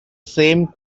same